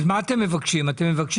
חבר הכנסת מיכאל ביטון, בקשה.